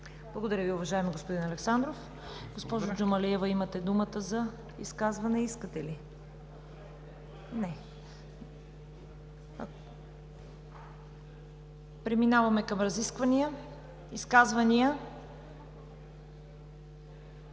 Благодаря Ви, уважаеми господин Александров. Госпожо Джумалиева , имате думата за изказване. Не искате. Преминаваме към разисквания. Колеги, изказвания